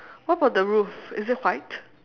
what about the roof is it white